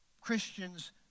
Christians